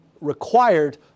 required